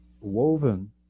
woven